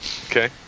Okay